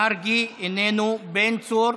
מרגי, איננו, בן צור,